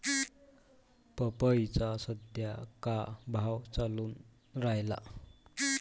पपईचा सद्या का भाव चालून रायला?